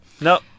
No